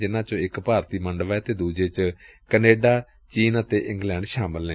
ਜਿਨ੍ਹਾਂ ਚੋਂ ਇਕ ਭਾਰਤੀ ਮੰਡਪ ਏ ਤੇ ਦੁਜੇ ਵਿਚ ਕੈਨੇਡਾ ਚੀਨ ਅਤੇ ਇੰਗਲੈਂਡ ਸ਼ਾਮਲ ਨੇ